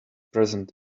present